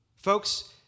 Folks